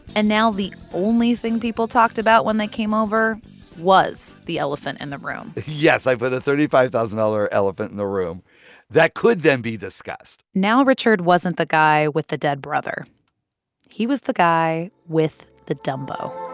and now the only thing people talked about when they came over was the elephant in the room yes, i put a thirty five thousand dollars elephant in the room that could then be discussed now richard wasn't the guy with the dead brother he was the guy with the dumbo